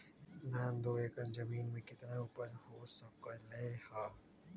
धान दो एकर जमीन में कितना उपज हो सकलेय ह?